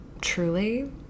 Truly